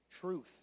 Truth